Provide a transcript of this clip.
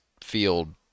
field